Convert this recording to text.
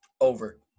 Over